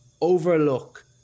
overlook